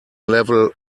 level